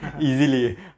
Easily